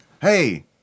Hey